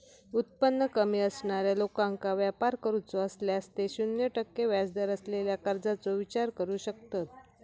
उत्पन्न कमी असणाऱ्या लोकांका व्यापार करूचो असल्यास ते शून्य टक्के व्याजदर असलेल्या कर्जाचो विचार करू शकतत